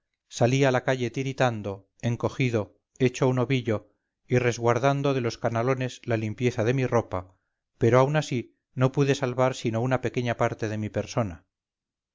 salí a la calle tiritando encogido hecho un ovillo y resguardando de los canalones la limpieza de mi ropa pero aun así no pude salvar sino una pequeña parte de mi persona